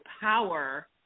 power